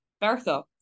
bertha